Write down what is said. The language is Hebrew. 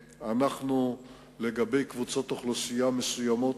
לגבי קבוצות אוכלוסייה מסוימות,